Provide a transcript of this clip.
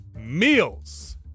meals